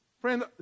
Friend